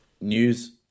news